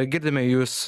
girdime jus